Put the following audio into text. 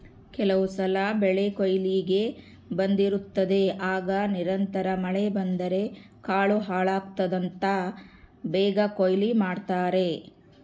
ಕೆಲವುಸಲ ಬೆಳೆಕೊಯ್ಲಿಗೆ ಬಂದಿರುತ್ತದೆ ಆಗ ನಿರಂತರ ಮಳೆ ಬಂದರೆ ಕಾಳು ಹಾಳಾಗ್ತದಂತ ಬೇಗ ಕೊಯ್ಲು ಮಾಡ್ತಾರೆ